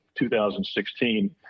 2016